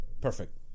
perfect